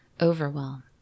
overwhelm